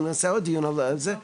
כשנעשה שוב פעם דיון בוועדה בנושא הזה,